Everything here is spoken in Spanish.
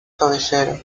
cabecera